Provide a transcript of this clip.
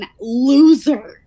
loser